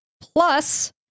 plus